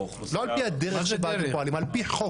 האוכלוסייה -- לא על פי הדרך שפועלים על פי חוק.